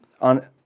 on